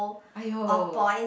!aiyo!